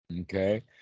okay